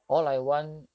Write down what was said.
oo